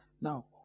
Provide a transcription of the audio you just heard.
Now